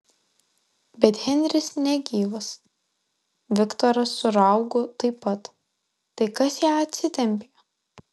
bet henris negyvas viktoras su raugu taip pat tai kas ją atsitempė